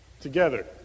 Together